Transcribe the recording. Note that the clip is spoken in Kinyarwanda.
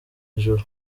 ijuru